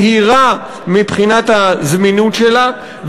מהירה מבחינת הזמינות שלה,